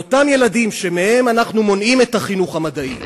אותם ילדים שמהם אנחנו מונעים את החינוך המדעי,